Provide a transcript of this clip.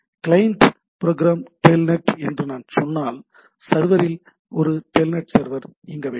client program telnet என்று நான் சொன்னால் சர்வரில் ஒரு டெல்நெட் சர்வர் இயங்க வேண்டும்